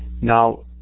Now